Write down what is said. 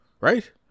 right